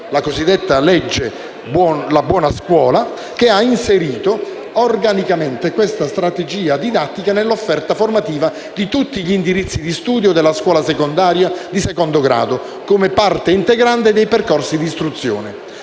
(la cosiddetta legge sulla buona scuola), che ha inserito organicamente questa strategia didattica nell'offerta formativa di tutti gli indirizzi di studio della scuola secondaria di secondo grado, come parte integrante dei percorsi di istruzione.